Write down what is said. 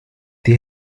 die